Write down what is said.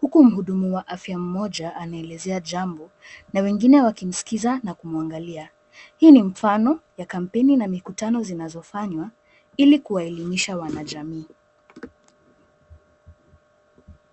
huku mhudumu wa afya mmoja anaelezea jambo na wengine wakimskiza na kumwangalia. Hii ni mfano ya kampeni na mikutano zinazofanywa ilikuwaelimisha wanajamii.